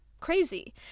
crazy